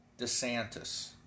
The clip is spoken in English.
DeSantis